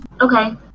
Okay